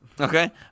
Okay